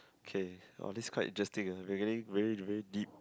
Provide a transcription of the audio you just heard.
okay all this quite interesting ah regarding very very deep